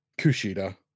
Kushida